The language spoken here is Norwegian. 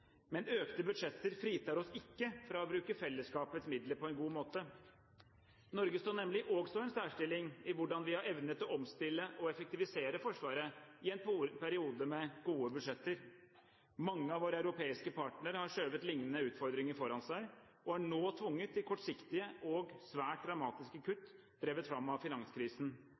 Men økte budsjetter fritar oss ikke fra å bruke fellesskapets midler på en god måte. Norge står nemlig også i en særstilling i hvordan vi har evnet å omstille og effektivisere Forsvaret i en periode med gode budsjetter. Mange av våre europeiske partnere har skjøvet lignende utfordringer foran seg og er nå tvunget til kortsiktige og svært dramatiske kutt, drevet fram av finanskrisen.